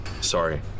Sorry